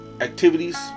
activities